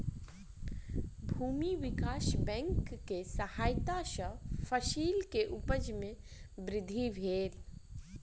भूमि विकास बैंक के सहायता सॅ फसिल के उपज में वृद्धि भेल